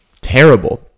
terrible